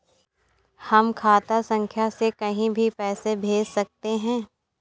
हम खाता संख्या से कहीं भी पैसे कैसे भेज सकते हैं?